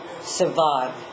survive